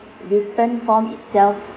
written form itself